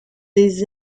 des